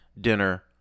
dinner